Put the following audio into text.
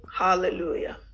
hallelujah